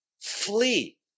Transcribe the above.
flee